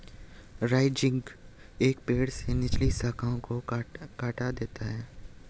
rising एक पेड़ से निचली शाखाओं को हटा देता है